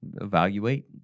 evaluate